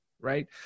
Right